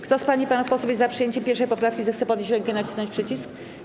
Kto z pań i panów posłów jest za przyjęciem 1. poprawki, zechce podnieść rękę i nacisnąć przycisk.